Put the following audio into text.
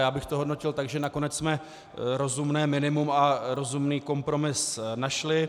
Já bych to hodnotil tak, že nakonec jsme rozumné minimum a rozumný kompromis našli.